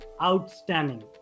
outstanding